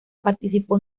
participó